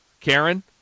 Karen